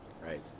Right